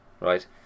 right